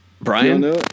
Brian